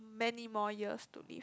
many more years to live